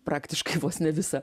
praktiškai vos ne visą